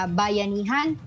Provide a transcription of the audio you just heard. bayanihan